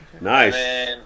Nice